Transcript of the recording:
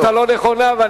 אתה פונה לכתובת הלא-נכונה.